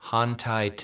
Hantai